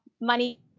money